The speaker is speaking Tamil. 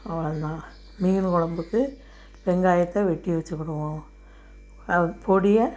அவ்வளோ தான் மீன் கொழம்புக்கு வெங்காயத்தை வெட்டி வச்சிக்கிவோம் பொடியாக